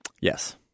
Yes